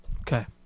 Okay